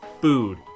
food